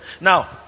Now